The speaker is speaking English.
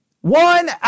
One